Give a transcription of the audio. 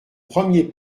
premier